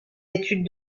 études